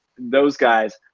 those guys.